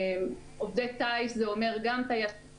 עובדי טיס זה גם טייסים,